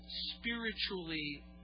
spiritually